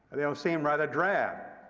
they'll seem rather drab.